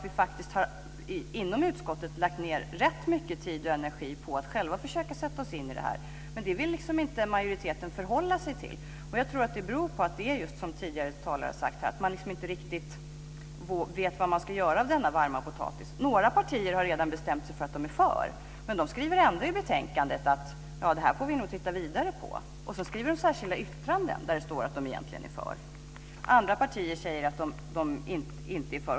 I utskottet har vi faktiskt lagt rätt mycket tid och energi på att själva försöka sätta oss in i detta men det vill majoriteten liksom inte förhålla sig till. Jag tror att det, precis som tidigare talare sagt här, beror på att man inte riktigt vet vad man ska göra av denna varma potatis. Några partier har redan bestämt sig för att vara för. Ändå skriver de i betänkandet att vi nog får titta vidare på detta. I särskilda yttranden står det att de egentligen är för. Andra partier säger sig inte vara för.